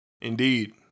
Indeed